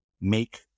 make